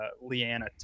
Leanna